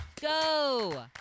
Go